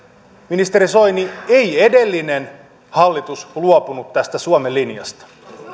ministeri soini ei edellinen hallitus luopunut tästä suomen linjasta